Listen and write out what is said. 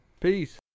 Peace